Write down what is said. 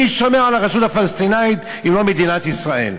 מי שומר על הרשות הפלסטינית אם לא מדינת ישראל?